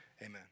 Amen